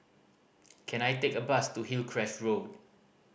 can I take a bus to Hillcrest Road